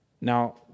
Now